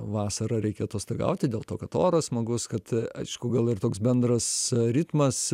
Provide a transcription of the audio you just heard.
vasarą reikia atostogauti dėl to kad oras smagus kad aišku gal ir toks bendras ritmas